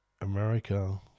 america